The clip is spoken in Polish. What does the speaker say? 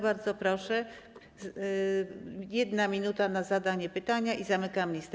Bardzo proszę, 1 minuta na zadanie pytania i zamykam listę.